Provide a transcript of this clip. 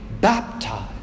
baptized